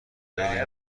خیلی